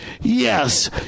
yes